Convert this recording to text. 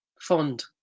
fond